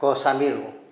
গছ আমি ৰোওঁ